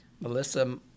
Melissa